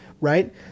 right